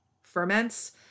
ferments